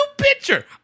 pitcher